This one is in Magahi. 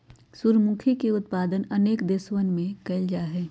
सूर्यमुखी के उत्पादन अनेक देशवन में कइल जाहई